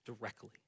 directly